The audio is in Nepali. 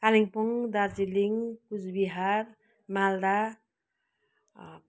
कालिम्पोङ दार्जिलिङ कुचबिहार मालदा